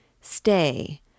Stay